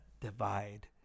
divide